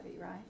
right